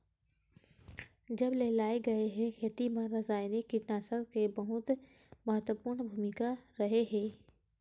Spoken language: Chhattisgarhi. जब से लाए गए हे, खेती मा रासायनिक कीटनाशक के बहुत महत्वपूर्ण भूमिका रहे हे